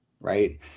right